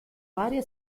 varie